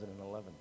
2011